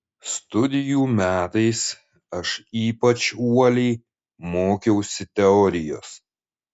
studijų metais aš ypač uoliai mokiausi teorijos